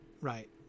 right